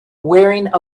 wearing